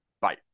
Bye